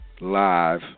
live